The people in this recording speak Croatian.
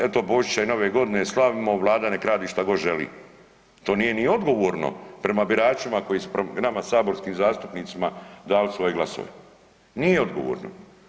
Eto Božića i Nove godine slavimo, Vlada neka radi što god želi, to nije ni odgovorno prema biračima koji su nama saborskim zastupnicima dali svoje glasove, nije odgovorno.